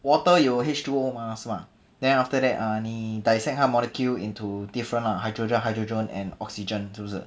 water 有 H two O mah 是吗 then after that 你 dissect 他 molecule into different lah nitrogen hydrogen and oxygen 是不是